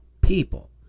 people